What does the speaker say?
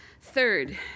Third